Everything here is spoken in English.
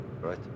right